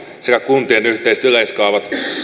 sekä kuntien yhteiset yleiskaavat